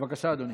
בבקשה, אדוני.